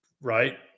right